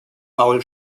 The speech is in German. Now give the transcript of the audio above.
paul